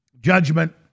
judgment